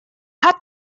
hat